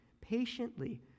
patiently